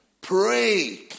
Pray